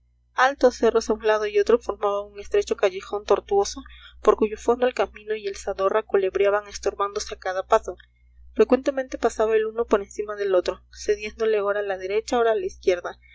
a un lado y otro formaban un estrecho callejón tortuoso por cuyo fondo el camino y el zadorra culebreaban estorbándose a cada paso frecuentemente pasaba el uno por encima del otro cediéndole ora la derecha ora la izquierda